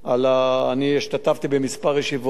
עשית את זה במיומנות, במקצועיות,